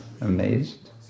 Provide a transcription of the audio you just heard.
amazed